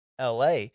LA